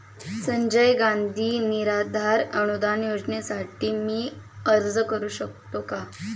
संजय गांधी निराधार अनुदान योजनेसाठी मी अर्ज करू शकतो का?